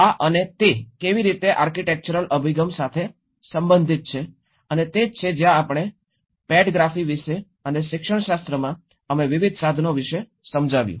તેથી આ અને તે કેવી રીતે આર્કિટેક્ચરલ અભિગમ સાથે સંબંધિત છે અને તે જ છે જ્યાં આપણે પેડગ્રાફી વિશે અને શિક્ષણ શાસ્ત્રમાં અમે વિવિધ સાધનો વિશે સમજાવ્યું